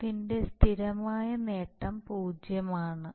ഇതിന്റെ സ്ഥിരമായ നേട്ടം 0 ആണ്